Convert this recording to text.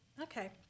Okay